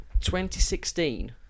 2016